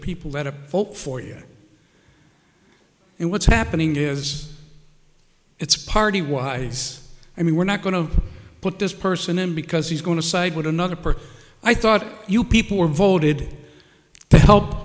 people that a vote for you and what's happening is it's party wise i mean we're not going to put this person him because he's going to side with another person i thought you people were voted to help